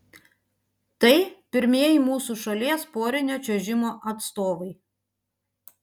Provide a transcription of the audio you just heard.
tai pirmieji mūsų šalies porinio čiuožimo atstovai